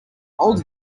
older